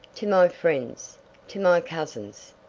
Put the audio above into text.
to my friends to my cousins,